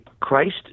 Christ